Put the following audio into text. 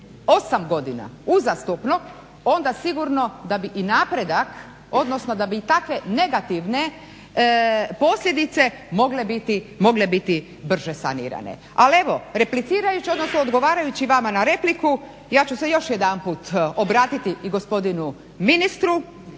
ne 8 godina uzastopno onda sigurno da bi i napredak, odnosno da bi i takve negativne posljedice mogle biti brže sanirate. Ali evo, replicirajući, odnosno odgovarajući vama na repliku ja ću se još jedanput obratiti i gospodinu ministru,